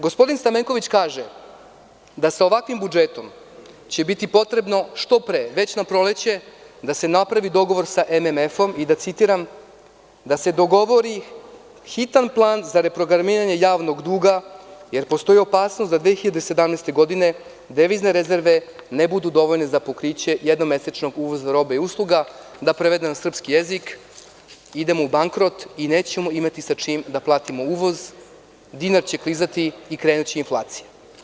Gospodin Stamenković kaže – da sa ovakvim budžetom će biti potrebno što pre, već na proleće da se napravi dogovor sa MMF i da citiram – da se dogovori hitan plan za reprogramiranje javnog duga, jer postoji opasnost da 2017. godine devizne rezerve ne budu dovoljne za pokriće jednomesečnog uvoza robe i usluga, da prevedem na srpski jezik, idemo u bankrot i nećemo imati sa čim da platimo uvoz, dinar će klizati i krenuće inflacija.